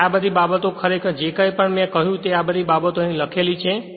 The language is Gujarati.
તેથી આ બધી બાબતો ખરેખર જે કંઇ પણ મેં કહ્યું તે આ બધી બાબતો અહીં લખેલી છે